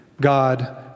God